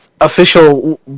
official